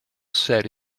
said